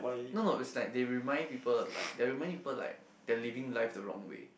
no no it's like they remind people like they are reminding people like they are living life the wrong way